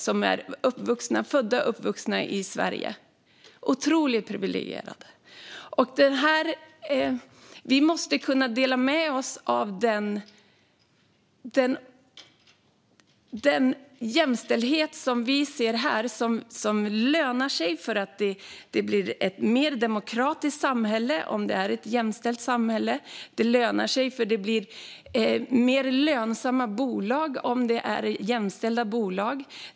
Vi är otroligt privilegierade och måste kunna dela med oss av den jämställdhet vi ser här och som lönar sig i form av ett mer demokratiskt samhälle. Det lönar sig. Bolag som är jämställda blir mer lönsamma.